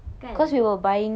kan